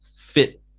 fit